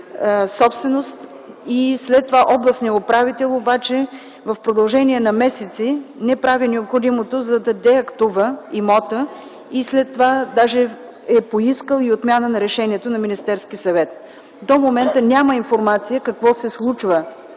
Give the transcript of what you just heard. собственост и след това областният управител обаче в продължение на месеци не прави необходимото, за да деактува имота и след това даже е поискал и отмяна на решението на Министерския съвет. До момента няма информация какво се случва